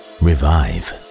revive